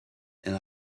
and